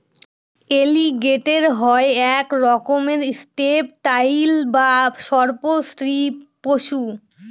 এলিগেটের হয় এক রকমের রেপ্টাইল বা সর্প শ্রীপ পশু